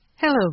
Hello